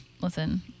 Listen